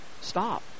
stop